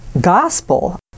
gospel